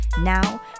Now